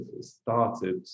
started